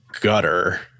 gutter